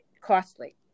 costly